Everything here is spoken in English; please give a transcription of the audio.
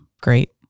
great